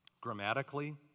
Grammatically